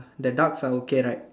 the ducks are okay right